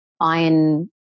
iron